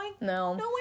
No